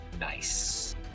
Nice